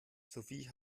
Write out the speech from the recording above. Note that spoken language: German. sophie